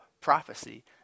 prophecy